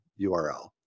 URL